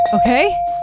Okay